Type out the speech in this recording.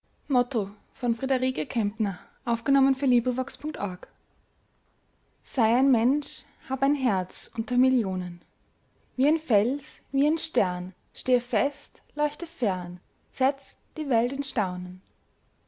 sei ein mensch hab ein herz unter millionen wie ein fels wie ein stern stehe fest leuchte fern setz die welt in staunen